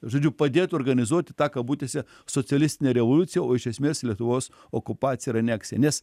žodžiu padėtų organizuoti tą kabutėse socialistinę revoliuciją o iš esmės lietuvos okupaciją ir aneksiją